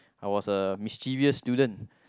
I was a mischievous student